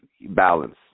balance